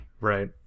right